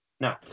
No